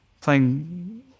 playing